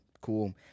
cool